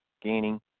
gaining